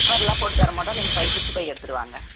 கவர்லாம் போட்டுத்தரமாட்டோம் நீங்கள் பை குச்சிபை எடுத்துட்டு வாங்க